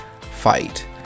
fight